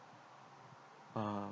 uh